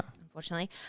unfortunately